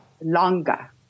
longer